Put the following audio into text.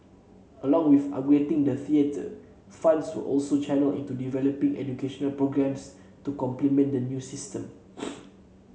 along with upgrading the theatre funds were also channelled into developing educational programmes to complement the new system